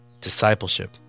discipleship